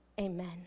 amen